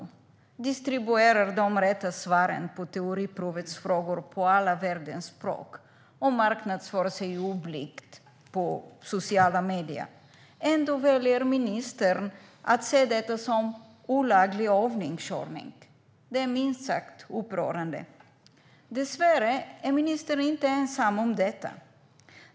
De distribuerar de rätta svaren på teoriprovets frågor på hela världens språk och marknadsför sig oblygt i sociala medier. Ändå väljer ministern att se detta som olaglig övningskörning. Det är minst sagt upprörande. Dessvärre är ministern inte ensam om detta.